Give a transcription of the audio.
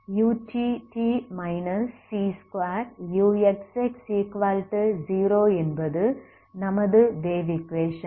utt c2uxx0 என்பது நமது wave equation